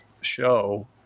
show